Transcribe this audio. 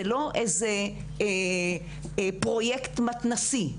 זה לא איזה פרויקט מתנ"סי,